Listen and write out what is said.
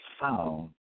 found